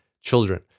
children